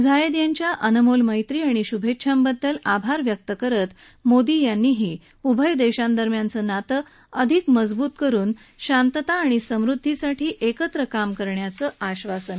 Zayed यांच्या अनमोल मैत्री आणि शुभेच्छांबद्दल आभार व्यक्त करत मोदी यांनीही दोन्ही देशांदरम्यानचं नातं अधिक मजबूत करुन शांतता आणि समृद्धीसाठी एकत्र काम करण्याचं आश्वासन दिलं